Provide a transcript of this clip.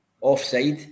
Offside